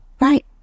Right